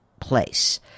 place